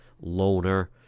loner